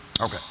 Okay